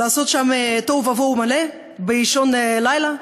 לעשות שם תוהו ובהו מלא באישון לילה,